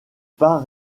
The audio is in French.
pas